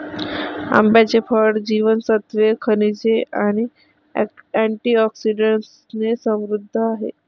आंब्याचे फळ जीवनसत्त्वे, खनिजे आणि अँटिऑक्सिडंट्सने समृद्ध आहे